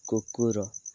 କୁକୁର